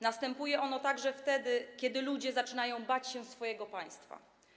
Następuje ono także wtedy, kiedy ludzie zaczynają bać się swojego państwa.